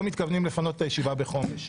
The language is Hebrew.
לא מתכוונים לפנות את הישיבה בחומש.